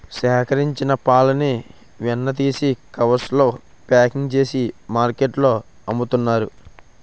సేకరించిన పాలని వెన్న తీసి కవర్స్ లో ప్యాకింగ్ చేసి మార్కెట్లో అమ్ముతున్నారు